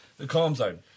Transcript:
thecalmzone